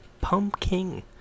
Pumpkin